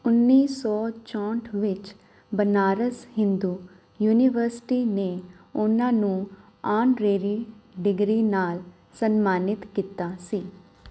ਉੱਨੀ ਸੌ ਚੌਹਠ ਵਿੱਚ ਬਨਾਰਸ ਹਿੰਦੂ ਯੂਨੀਵਰਸਿਟੀ ਨੇ ਉਨ੍ਹਾਂ ਨੂੰ ਆਨਰੇਰੀ ਡਿਗਰੀ ਨਾਲ ਸਨਮਾਨਿਤ ਕੀਤਾ ਸੀ